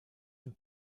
une